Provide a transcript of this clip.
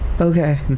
Okay